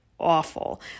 awful